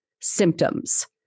symptoms